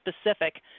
specific